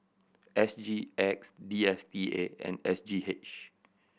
S G X D S T A and S G H